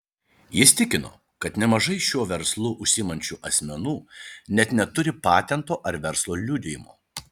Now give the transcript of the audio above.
jis tikino kad nemažai šiuo verslu užsiimančių asmenų net neturi patento ar verslo liudijimo